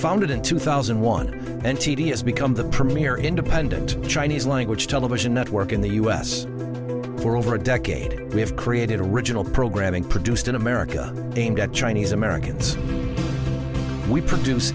founded in two thousand and one and t d s become the premier independent chinese language television network in the u s for over a decade we have created original programming produced in america aimed at chinese americans we produce